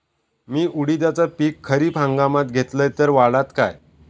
मी उडीदाचा पीक खरीप हंगामात घेतलय तर वाढात काय?